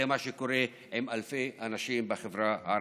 זה מה שקורה עם אלפי אנשים בחברה הערבית.